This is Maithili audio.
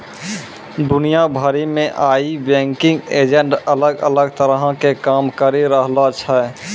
दुनिया भरि मे आइ बैंकिंग एजेंट अलग अलग तरहो के काम करि रहलो छै